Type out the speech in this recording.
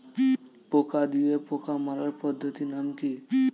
পোকা দিয়ে পোকা মারার পদ্ধতির নাম কি?